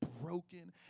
broken